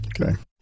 Okay